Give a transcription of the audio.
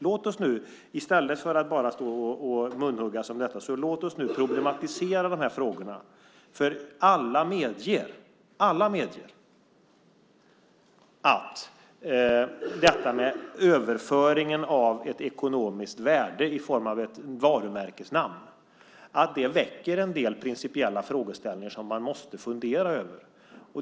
Låt oss nu, i stället för att bara stå och munhuggas om detta, problematisera de här frågorna, för alla medger att detta med överföringen av ett ekonomiskt värde i form av ett varumärkesnamn väcker en del principiella frågeställningar som man måste fundera över.